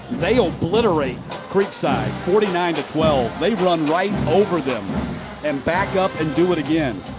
they obliterate creekside, forty nine twelve. they run right over them and back up and do it again.